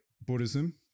Buddhism